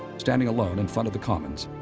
standing alone in front of the commons,